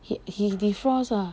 he he defrost ah